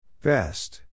best